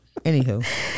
Anywho